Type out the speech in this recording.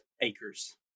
Acres